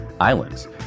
Islands